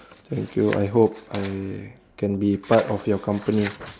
thank you I hope I can be part of your company